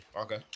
Okay